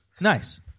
Nice